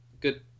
Good